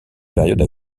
période